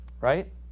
right